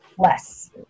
less